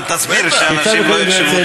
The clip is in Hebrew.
תסביר, שאנשים לא יחשבו,